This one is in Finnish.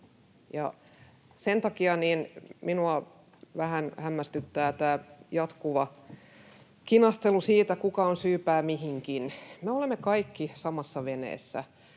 sen takia minua vähän hämmästyttää tämä jatkuva kinastelu siitä, kuka on syypää mihinkin. Me olemme kaikki samassa veneessä.